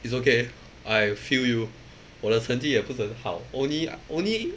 it's okay I feel you 我的成绩也不是很好 only only